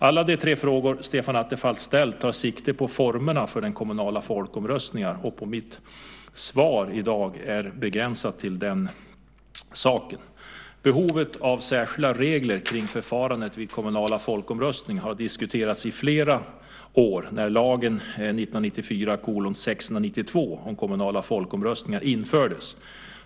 Alla de tre frågor Stefan Attefall ställt tar sikte på formerna för kommunala folkomröstningar, och mitt svar i dag är begränsat till den saken. Behovet av särskilda regler kring förfarandet vid kommunala folkomröstningar hade diskuterats i flera år när lagen om kommunala folkomröstningar infördes.